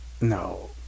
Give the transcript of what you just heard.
no